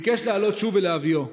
וביקש לעלות שוב ולהביאו.